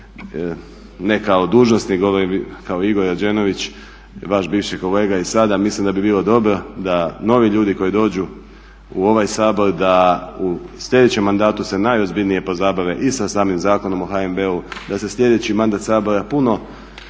ne kao dužnosnik govorim kao Igor Rađenović vaš bivši kolega i sada mislim da bi bilo dobro da novi ljudi koji dođu u ovaj Sabor da u slijedećem mandatu se najozbiljnije pozabave i sa samim zakonom o HNB-u, da se slijedeći mandat Sabora puno